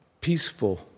peaceful